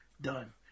done